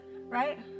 right